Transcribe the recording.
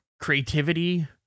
Creativity